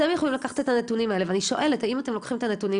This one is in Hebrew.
אתם יכולים לקחת את הנתונים האלה ואני שואלת האם אתם לוקחים את הנתונים